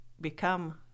become